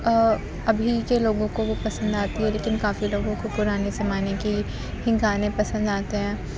ابھی کے لوگوں کو وہ پسند آتی ہے لیکن کافی لوگوں کو پرانے زمانے کے ہی گانے پسند آتے ہیں